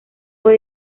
fue